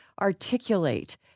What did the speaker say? articulate